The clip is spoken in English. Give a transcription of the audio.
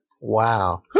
Wow